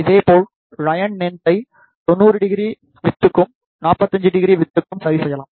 இதேபோல் லயன் லென்த்தை 900 விட்த்க்கும் 450 விட்த்க்கும் சரிசெய்யலாம்